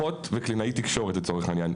אחות וקלינאית תקשורת לצורך העניין,